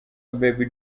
baby